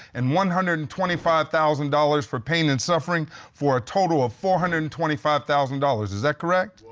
and one hundred and twenty five thousand dollars for pain and suffering for a total of four hundred and twenty five thousand dollars, is that correct?